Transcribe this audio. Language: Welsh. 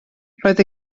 roedd